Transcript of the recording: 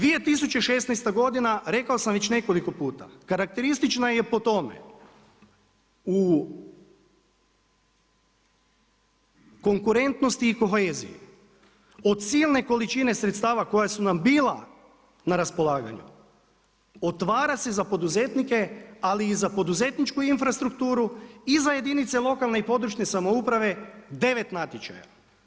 2016. godina, rekao sam već nekoliko puta, karakteristična je po tome u konkurentnosti i koheziji od silne količine sredstava koja su nam bila na raspolaganju otvara se za poduzetnike ali i za poduzetničku infrastrukturu i za jedinice lokalne i područne samouprave 9 natječaja.